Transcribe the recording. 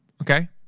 Okay